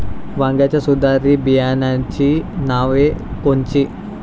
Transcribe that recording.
वांग्याच्या सुधारित बियाणांची नावे कोनची?